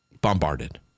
bombarded